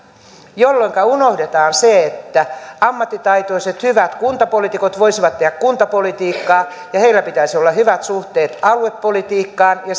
jolloinka unohdetaan se että ammattitaitoiset hyvät kuntapoliitikot voisivat tehdä kuntapolitiikkaa ja heillä pitäisi olla hyvät suhteet aluepolitiikkaan ja